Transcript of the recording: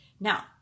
Now